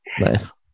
nice